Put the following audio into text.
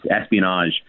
espionage